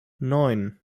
neun